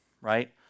right